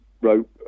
wrote